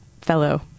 fellow